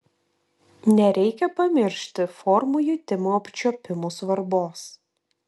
nereikia pamiršti formų jutimo apčiuopimu svarbos